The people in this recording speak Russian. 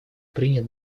принят